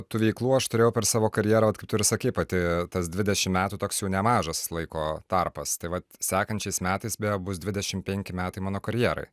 tų veiklų aš turėjau per savo karjerą vat kaip tu ir sakei pati tas dvidešimt metų toks jau nemažas laiko tarpas tai vat sekančiais metais beje bus dvidešimt penki metai mano karjeroj